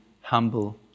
humble